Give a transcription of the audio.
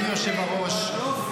או-או,